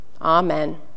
Amen